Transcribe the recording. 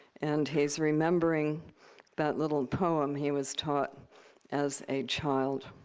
and he's remembering that little poem he was taught as a child.